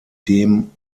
dem